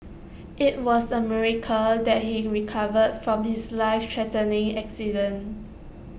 IT was A miracle that he recovered from his life threatening accident